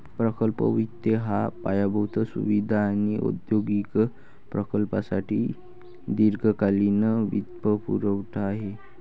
प्रकल्प वित्त हा पायाभूत सुविधा आणि औद्योगिक प्रकल्पांसाठी दीर्घकालीन वित्तपुरवठा आहे